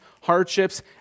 hardships